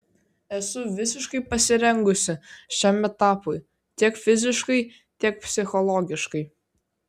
esu visiškai pasirengusi šiam etapui tiek fiziškai tiek psichologiškai